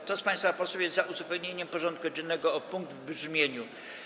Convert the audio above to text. Kto z państwa posłów jest za uzupełnieniem porządku dziennego o punkt w brzmieniu: